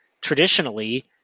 traditionally